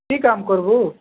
କି କାମ କରିବୁ